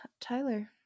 Tyler